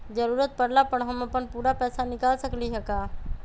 जरूरत परला पर हम अपन पूरा पैसा निकाल सकली ह का?